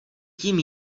tím